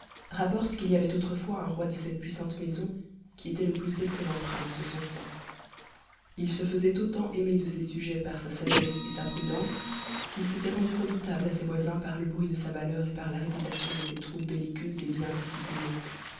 rapportent qu'il y avait autrefois un roi de cette puissante maison qui était le plus excellent prince de son temps il se faisait autant aimer de ses sujets par sa sagesse et sa prudence qu'il s'était rendu redoutable à ses voisins par le bruit de sa valeur et par la réputation de ses troupes belliqueuses et bien disciplinées